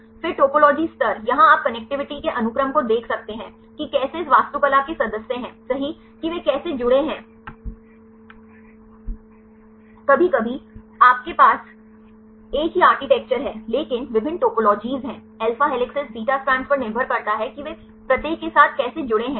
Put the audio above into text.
फिर टोपोलॉजी स्तर यहां आप कनेक्टिविटी के अनुक्रम को देख सकते हैं कि कैसे इस वास्तुकला के सदस्य हैं सही कि वे कैसे जुड़े हैं कभी कभी आपके पास एक ही आर्किटेक्चर है लेकिन विभिन टोपोलोजिज़ है अल्फा हेलिसेस बीटा स्ट्रैंड्स पर निर्भर करता है कि वे प्रत्येक के साथ कैसे जुड़े हैं